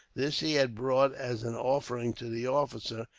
this he had brought as an offering to the officer,